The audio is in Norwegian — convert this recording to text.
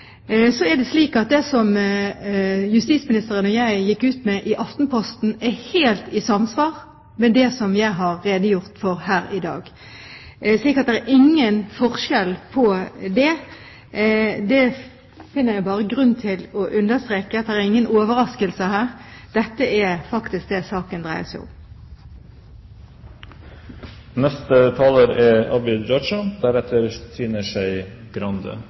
Så er det slik at det justisministeren og jeg gikk ut med i Aftenposten, er helt i samsvar med det som jeg har redegjort for her i dag. Så det er ingen forskjell på det. Jeg finner grunn til å understreke at det er ingen overraskelser her. Dette er faktisk det saken dreier seg om.